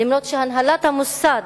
אף שהנהלת המוסד